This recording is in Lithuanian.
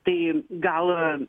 tai gal